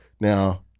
Now